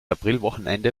aprilwochenende